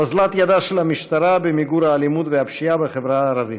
אוזלת ידה של המשטרה במיגור האלימות והפשיעה בחברה הערבית.